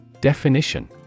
Definition